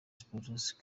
spurs